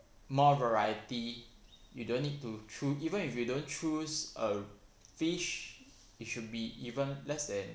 more variety you don't need to choo~ even if you don't choose a fish it should be even less than